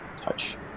touch